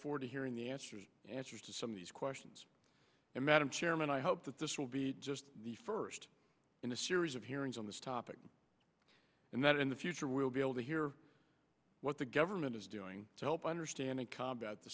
forward to hearing the answers answers to some of these questions and madam chairman i hope that this will be just the first in a series of hearings on this topic and that in the future we'll be able to hear what the government is doing to help understand and combat the